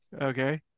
Okay